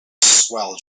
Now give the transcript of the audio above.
swell